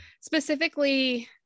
specifically